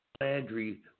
Landry